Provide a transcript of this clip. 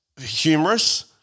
humorous